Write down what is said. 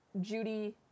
Judy